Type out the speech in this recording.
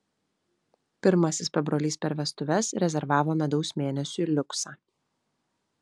pirmasis pabrolys per vestuves rezervavo medaus mėnesiui liuksą